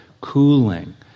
cooling